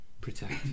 protect